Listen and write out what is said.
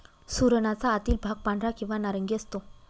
सुरणाचा आतील भाग पांढरा किंवा नारंगी असतो